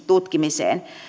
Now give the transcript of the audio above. tutkimiseen